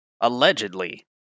allegedly